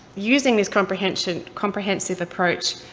using this comprehensive comprehensive approach,